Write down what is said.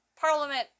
Parliament